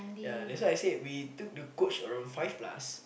ya that's why I say we took the coach around five plus